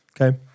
Okay